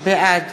בעד